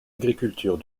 agriculture